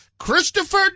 Christopher